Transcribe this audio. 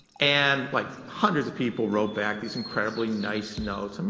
and like hundreds of people wrote back, these incredibly nice notes. i mean